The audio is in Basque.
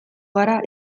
gara